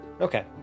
Okay